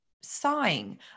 sighing